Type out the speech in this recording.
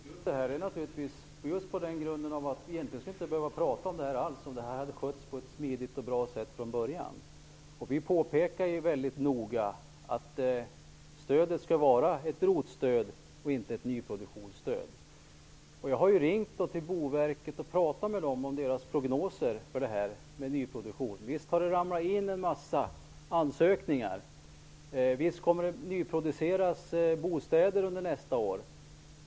Fru talman! Vad gäller anledningen till att jag tog upp detta vill jag säga att vi egentligen inte alls skulle ha behövt tala om det här, om det från början hade skötts på ett smidigt och bra sätt. Vi påpekar mycket noga att stödet skall vara ett ROT-stöd, inte ett nyproduktionsstöd. Jag har ringt upp Boverket och tagit upp dess prognoser för nyproduktionen. Visst har det ramlat in en mängd ansökningar, så att det kommer att nyproduceras bostäder under nästa år.